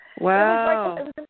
Wow